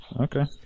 Okay